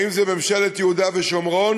האם זו ממשלת יהודה ושומרון